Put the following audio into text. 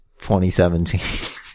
2017